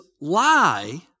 lie